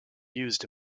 used